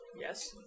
Yes